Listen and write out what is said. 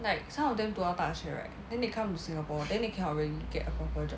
like some of them 读到大学 right then they come to singapore then they cannot really get a proper job